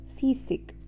seasick